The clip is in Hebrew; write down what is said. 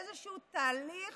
איזשהו תהליך